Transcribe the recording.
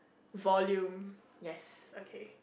volume yes okay